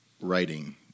writing